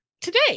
today